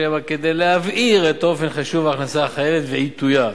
שיהא בה כדי להבהיר את אופן חישוב ההכנסה החייבת ועיתויה,